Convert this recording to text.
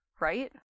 right